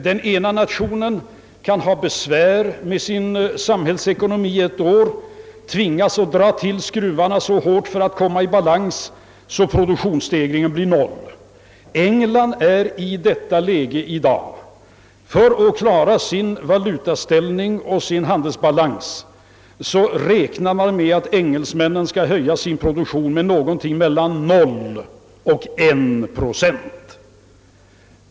Den ena nationen kan ha besvär med sin samhällsekonomi ett år och tvingas dra åt skruvarna så hårt för att komma i balans, att produktions i detta läge i dag; man räknar med att engelsmännen för att klara sin valutaställning och sin handelsbalans tvingas till en sådan åtdragning att produktionen endast ökar med någonting mellan 0 och 1 procent.